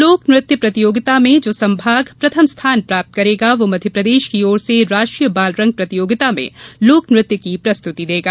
लोक नृत्य प्रतियोगिता में जो संभाग प्रथम स्थान प्राप्त करेगा वह मध्यप्रदेश की ओर से राष्ट्रीय बालरंग प्रतियोगिता में लोक नृत्य की प्रस्तुति देगा